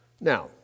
Now